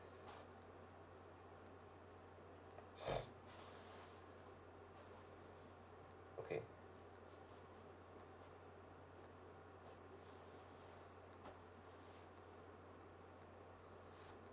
okay